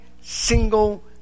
single